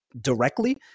directly